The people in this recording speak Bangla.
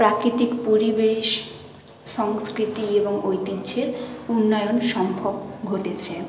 প্রাকৃতিক পরিবেশ সংস্কৃতি এবং ঐতিহ্যের উন্নয়ন সম্ভব ঘটেছে